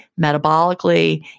metabolically